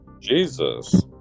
Jesus